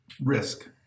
risk